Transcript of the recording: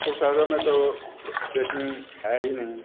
कुछ शहरों में तो ट्रेकिंग है ही नहीं